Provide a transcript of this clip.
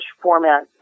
format